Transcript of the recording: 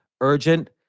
Urgent